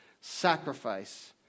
sacrifice